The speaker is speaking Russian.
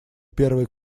первый